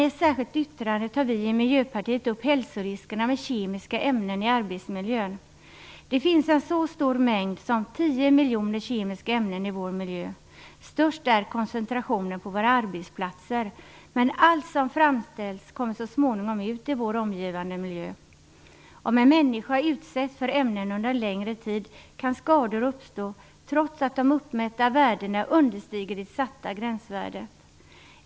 I ett särskilt yttrande tar vi i Miljöpartiet upp hälsoriskerna med kemiska ämnen i arbetsmiljön. Det finns en så stor mängd som 10 miljoner kemiska ämnen i vår miljö. Störst är koncentrationen på våra arbetsplatser. Men allt som framställs kommer så småningom ut i vår omgivande miljö. Om en människa utsätts för ämnen under en längre tid kan skador uppstå trots att de uppmätta värdena understiger det satta gränsvärdet.